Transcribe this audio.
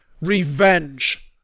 revenge